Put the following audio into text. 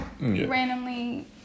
randomly